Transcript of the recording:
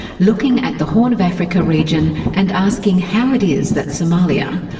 looking at the horn of africa region and asking how it is that somalia,